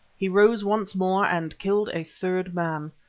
he rose once more and killed a third man.